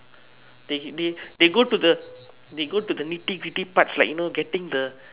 they they they go to they go to the nitty-gritty parts like you know getting the